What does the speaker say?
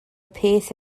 peth